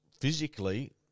physically